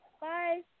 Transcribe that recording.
Bye